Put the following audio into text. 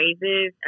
raises